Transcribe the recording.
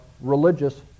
religious